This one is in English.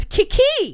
Kiki